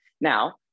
now